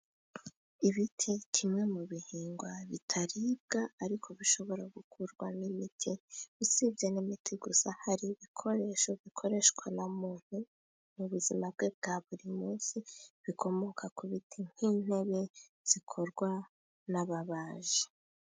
Ibiti kimwe mu bihingwa bitaribwa ariko bishobora gukurwamo imiti, usibye n'imiti gusa, hari ibikoresho bikoreshwa na muntu mu buzima bwe bwa buri munsi, bikomoka ku biti nk'intebe zikorwa n'ababaji.